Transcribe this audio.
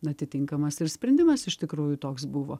atitinkamas ir sprendimas iš tikrųjų toks buvo